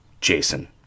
Jason